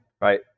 right